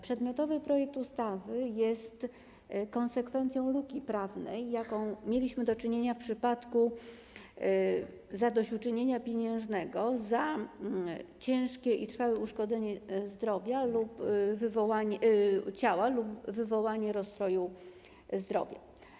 Przedmiotowy projekt ustawy jest konsekwencją luki prawnej, z jaką mieliśmy do czynienia w przypadku zadośćuczynienia pieniężnego za ciężkie i trwałe uszkodzenie ciała lub wywołanie rozstroju zdrowia.